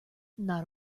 not